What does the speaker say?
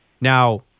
now